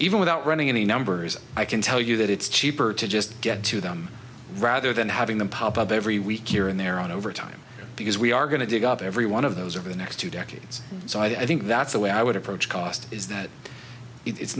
even without running any numbers i can tell you that it's cheaper to just get to them rather than having them pop up every week you're in there on overtime because we are going to dig up every one of those over the next two decades so i think that's the way i would approach cost is that it